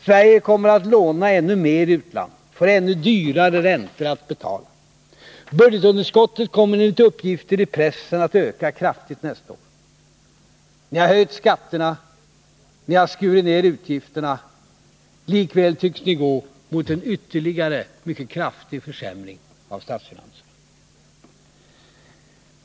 Sverige kommer att låna ännu mer i utlandet, får ännu dyrare räntor att betala. Budgetunderskottet kommer enligt uppgifter i pressen att öka kraftigt nästa år. Ni har höjt skatterna. Ni har skurit ner utgifterna. Likväl tycks ni gå mot ytterligare en kraftig försämring av statsfinanserna.